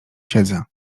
siedzę